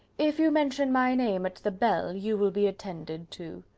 if you mention my name at the bell, you will be attended to.